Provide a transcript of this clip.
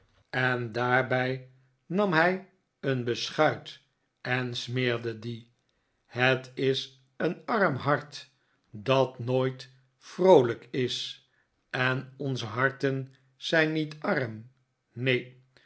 en daarbij nam hij een beschuit en smeerde die het is een arm hart dat nooit martin s eerste avond bij pecksniff vroolijk is en onze harten zijn niet arm neen